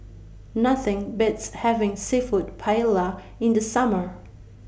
Nothing Beats having Seafood Paella in The Summer